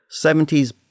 70s